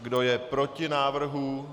Kdo je proti návrhu?